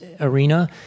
arena